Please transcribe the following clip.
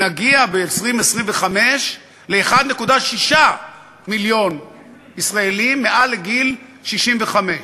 נגיע ב-2025 ל-1.6 מיליון ישראלים מעל לגיל 65,